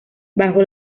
bajo